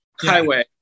highway